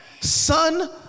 son